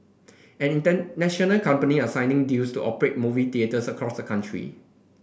and international company are signing deals to operate movie theatres across the country